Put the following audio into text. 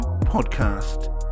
Podcast